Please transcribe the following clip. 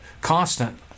constant